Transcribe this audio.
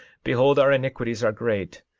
behold, our iniquities are great.